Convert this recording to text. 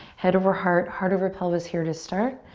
head over heart, heart over pelvis here to start.